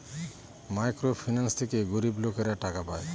micro finance থেকে গরিব লোকেরা টাকা পায়